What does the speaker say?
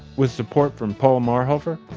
with support from paul marhoefer,